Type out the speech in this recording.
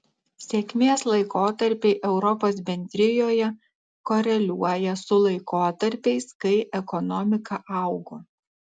sėkmės laikotarpiai europos bendrijoje koreliuoja su laikotarpiais kai ekonomika augo